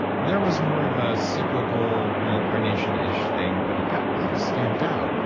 there was more of a cyclical reincarnation-ish thing, but it got really stamped out.